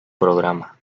programa